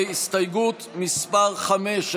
להסתייגות מס' 5,